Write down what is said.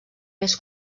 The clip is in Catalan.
més